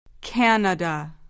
Canada